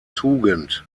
tugend